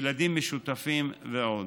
ילדים משותפים ועוד.